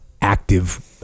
active